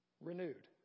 Renewed